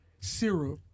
Syrup